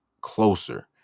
closer